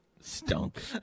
Stunk